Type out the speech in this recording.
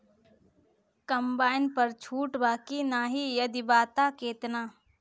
Combine पर छूट बा की नाहीं यदि बा त केतना?